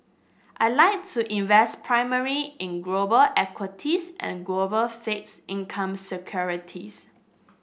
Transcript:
I like to invest primary in global equities and global fixed income securities